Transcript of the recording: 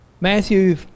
Matthew